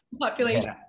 population